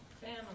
Family